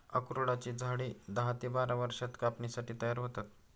अक्रोडाची झाडे दहा ते बारा वर्षांत कापणीसाठी तयार होतात